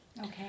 okay